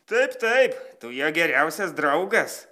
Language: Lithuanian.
taip taip tu jo geriausias draugas